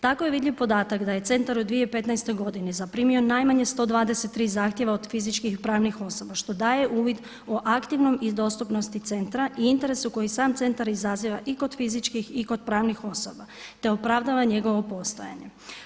Tako je vidljiv podatak da je centar u 2015. godini zaprimio najmanje 123 zahtjeva od fizičkih i pravnih osoba što daje uvid o aktivnom i dostupnosti centra i interesu koji sam centar izaziva i kod fizičkih i kod pravnih osoba, te opravdava njegovo postojanje.